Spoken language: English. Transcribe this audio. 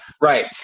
right